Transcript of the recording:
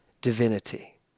divinity